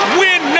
win